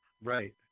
Right